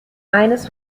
eines